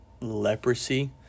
leprosy